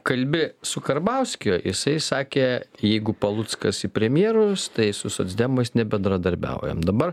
kalbi su karbauskiu jisai sakė jeigu paluckas į premjerus tai su socdemais nebendradarbiaujam dabar